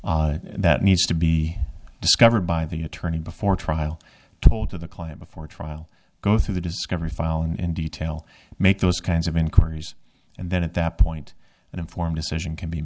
that needs to be discovered by the attorney before trial told to the client before trial go through the discovery file in detail make those kinds of inquiries and then at that point an informed decision can be